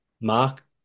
Mark